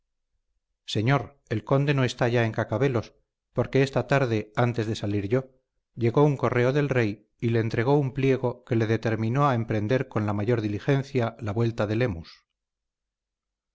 señor el conde no está ya en cacabelos porque esta tarde antes de salir yo llegó un correo del rey y le entregó un pliego que le determinó a emprender con la mayor diligencia la vuelta de lemus